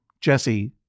Jesse